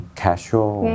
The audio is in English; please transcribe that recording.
casual